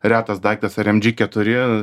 retas daiktas ar em džy keturi